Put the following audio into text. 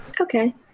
Okay